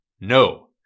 no